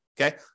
Okay